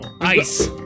Ice